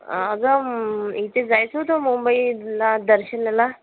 अगं इथे जायचं होतं मुंबईला दर्शनाला